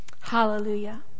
Hallelujah